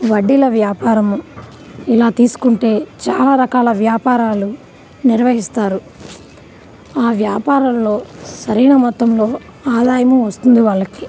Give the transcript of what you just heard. వడ్డీల వ్యాపారము ఇలా తీసుకుంటే చాలా రకాల వ్యాపారాలు నిర్వహిస్తారు ఆ వ్యాపారంలో సరైన మొత్తంలో ఆదాయము వస్తుంది వాళ్ళకి